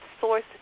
source